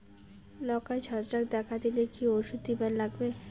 লঙ্কায় ছত্রাক দেখা দিলে কি ওষুধ দিবার লাগবে?